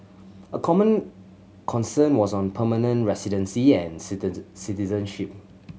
a common concern was on permanent residency and citizenship